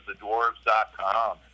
thedwarves.com